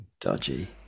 Dodgy